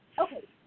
Okay